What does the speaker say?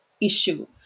issue